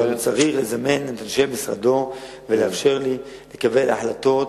אבל הוא צריך לזמן את אנשי משרדו ולאפשר לי לקבל החלטות